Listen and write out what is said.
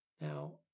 Now